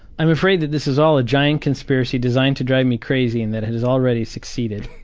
i'm afraid that this is all a giant conspiracy designed to drive me crazy and that it has already succeeded.